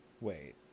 Wait